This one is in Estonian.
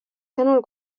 sõnul